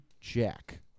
Jack